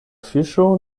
fiŝo